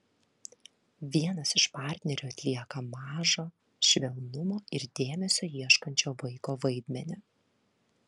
vienas iš partnerių atlieka mažo švelnumo ir dėmesio ieškančio vaiko vaidmenį